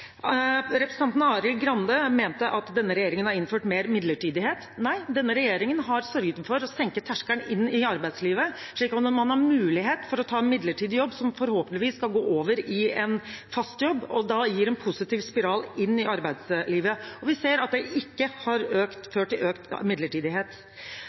Representanten Arild Grande mente at denne regjeringen har innført mer midlertidighet. Nei, denne regjeringen har sørget for å senke terskelen inn i arbeidslivet, slik at man har mulighet til å ta en midlertidig jobb, som forhåpentligvis skal gå over til å bli en fast jobb, noe som gir en positiv spiral inn i arbeidslivet. Vi ser at dette ikke har ført til økt